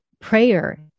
prayer